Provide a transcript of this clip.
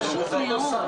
נכון.